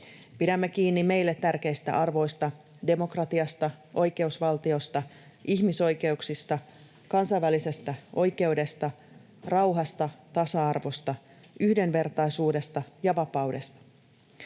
Pidämme kiinni meille tärkeistä arvoista: demokratiasta, oikeusvaltiosta, ihmisoikeuksista, kansainvälisestä oikeudesta, rauhasta, tasa-arvosta, yhdenvertaisuudesta ja vapaudesta.